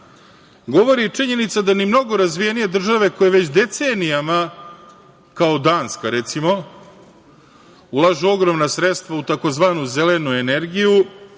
govori činjenica da ni mnogo razvijenije države koje već decenijama, kao Danska recimo, ulažu ogromna sredstva u tzv. zelenu energiju.